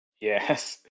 Yes